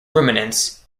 ruminants